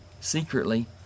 secretly